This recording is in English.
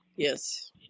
Yes